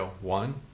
one